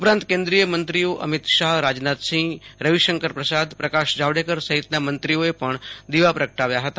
ઉપરાંત કેન્દ્રીય મંત્રીઓ અમિત શાહ રાજનાથસિંહ રવિશંકર પ્રસાદ પ્રકાશ જાવડેકર સહિતના મંત્રીઓએ પણ દીવડા પ્રગટાવ્યા હતા